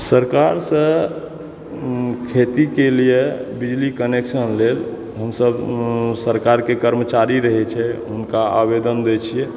सरकार सॅं खेती के लिए बिजली कनेक्शन लेल हमसब सरकार के कर्मचारी रहै छै हुनका आवेदन दै छियै